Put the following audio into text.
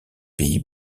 pays